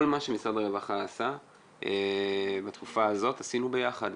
כל מה שמשרד הרווחה עשה בתקופה הזאת, עשינו ביחד.